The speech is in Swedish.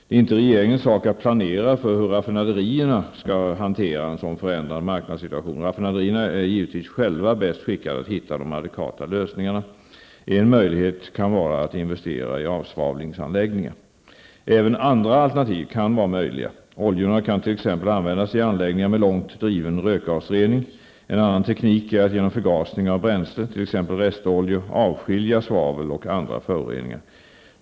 Det är inte regeringens sak att planera för hur raffinaderierna skall hantera en sådan förändrad marknadssituation. Raffinaderierna är givetvis själva bäst skickade att hitta de adekvata lösningarna. En möjlighet kan vara att investera i avsvavlingsanläggningar. Även andra alternativ kan vara möjliga. Oljorna kan t.ex. användas i anläggningar med långt driven rökgasrening. En annan teknik är att genom förgasning av bränsle, t.ex. restoljor, avskilja svavel och andra föroreningar.